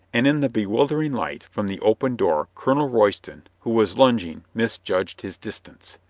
and in the bewildering light from the open door colonel royston, who was lunging, misjudged his distance.